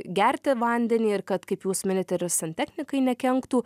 gerti vandenį ir kad kaip jūs minit ir santechnikai nekenktų